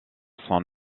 son